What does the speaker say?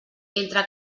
entre